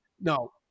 No